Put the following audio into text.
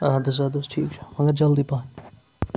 اَدٕ حظ اَدٕ حظ ٹھیٖک چھُ مگر جلدی پَہن